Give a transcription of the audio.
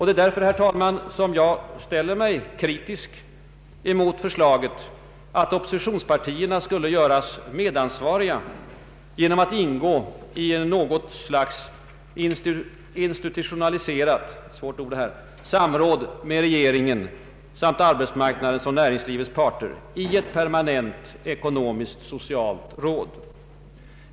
Det är därför, herr talman, som jag ställer mig kritisk mot förslaget att oppositionspartierna skulle göras medansvariga genom att ingå i något slags institutionaliserat samråd med regeringen samt arbetsmarknadens och näringslivets parter i ett permanent ekonomiskt-socialt råd.